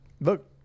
Look